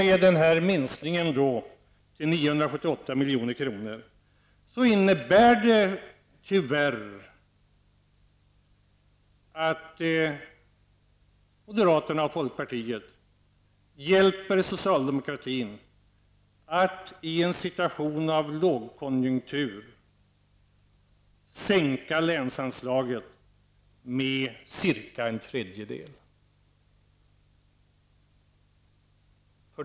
Med den här minskningen till 978 milj.kr. innebär det tyvärr att moderaterna och folkpartiet hjälper socialdemokratin med att i en situation av lågkonjunktur, minska länsanslaget med cirka en tredjedel.